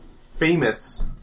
famous